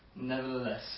Nevertheless